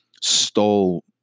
stole